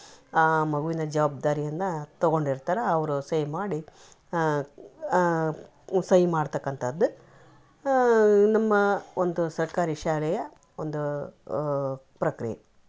ಆ ಮಗುವಿನ ಜವಾಬ್ದಾರಿಯನ್ನ ತೊಗೊಂಡು ಇರ್ತಾರ ಅವರು ಸಹಿ ಮಾಡಿ ಸಹಿ ಮಾಡ್ತಾಕ್ಕಂಥದ್ದು ನಮ್ಮ ಒಂದು ಸರ್ಕಾರಿ ಶಾಲೆಯ ಒಂದು ಪ್ರಕ್ರಿಯೆ